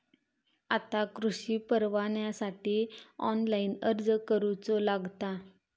आता कृषीपरवान्यासाठी ऑनलाइन अर्ज करूचो लागता